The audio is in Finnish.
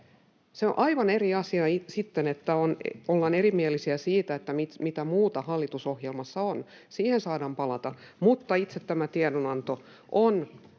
sitten aivan eri asia, että ollaan erimielisiä siitä, mitä muuta hallitusohjelmassa on, siihen saadaan palata, mutta itse tämä tiedonanto on